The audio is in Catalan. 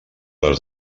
les